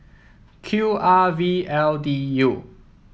Q R V L D U